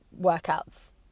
workouts